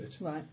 Right